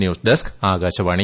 news desk Akashvani